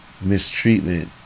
mistreatment